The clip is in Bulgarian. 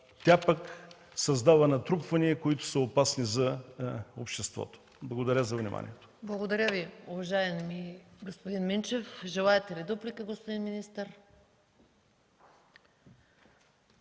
тя пък създава натрупвания, които са опасни за обществото. Благодаря за вниманието. ПРЕДСЕДАТЕЛ МАЯ МАНОЛОВА: Благодаря Ви, уважаеми господин Минчев. Желаете ли дуплика, господин министър?